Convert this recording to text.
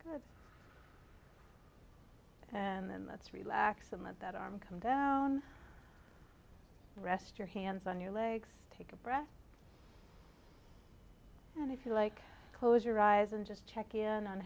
good and then let's relax and let that arm come down rest your hands on your legs take a breath and if you like close your eyes and just check in on